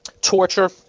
Torture